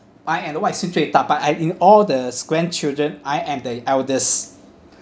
I am the 外孙最大 but I in all the grandchildren I am the eldest